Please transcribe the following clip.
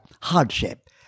hardship